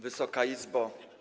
Wysoka Izbo!